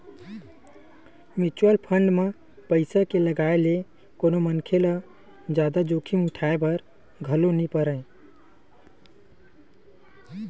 mutual fund म पइसा के लगाए ले कोनो मनखे ल जादा जोखिम उठाय बर घलो नइ परय